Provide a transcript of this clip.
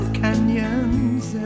canyons